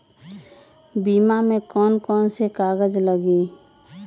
बीमा में कौन कौन से कागज लगी?